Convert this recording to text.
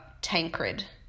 Tancred